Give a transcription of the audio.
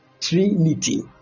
Trinity